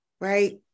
right